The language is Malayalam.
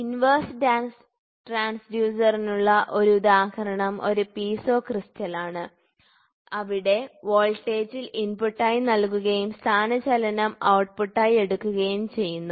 ഇൻവെർസ് ട്രാൻസ്ഡ്യൂസറിനുള്ള ഒരു ഉദാഹരണം ഒരു പീസോ ക്രിസ്റ്റലാണ് അവിടെ വോൾട്ടേജിൽ ഇൻപുട്ടായി നൽകുകയും സ്ഥാനചലനം ഔട്ട്പുട്ടായി എടുക്കുകയും ചെയ്യുന്നു